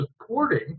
supporting